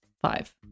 Five